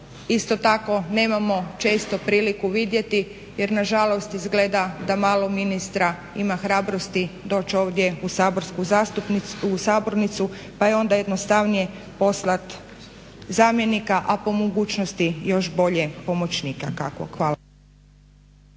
isto tako nemamo često priliku vidjeti, jer na žalost izgleda da malo ministra hrabrosti doći ovdje u sabornicu pa je onda jednostavnije poslati zamjenika, a po mogućnosti još bolje pomoćnika